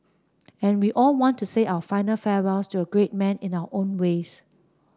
and we all want to say our final farewells to a great man in our own ways